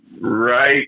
right